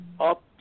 up